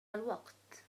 الوقت